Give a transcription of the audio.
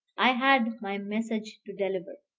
i had my message to deliver.